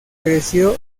creció